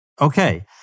okay